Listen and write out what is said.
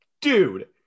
Dude